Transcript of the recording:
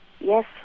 Yes